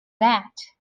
that